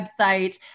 website